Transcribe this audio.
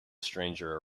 stranger